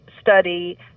study